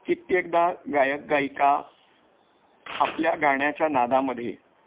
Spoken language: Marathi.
कित्येकदा गायक गायिका आपल्या गाण्याच्या नादामध्ये